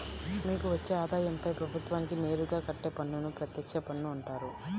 మీకు వచ్చే ఆదాయంపై ప్రభుత్వానికి నేరుగా కట్టే పన్నును ప్రత్యక్ష పన్ను అంటారు